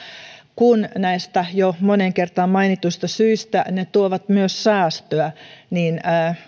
kun näistä jo moneen kertaan mainituista syistä ne tuovat myös säästöä niin